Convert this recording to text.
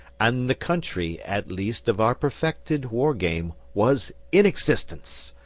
and the country at least of our perfected war game was in existence.